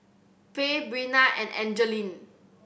Fay Breana and Angeline